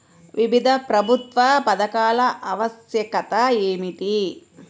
వివిధ ప్రభుత్వ పథకాల ఆవశ్యకత ఏమిటీ?